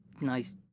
nice